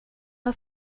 har